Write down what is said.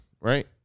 right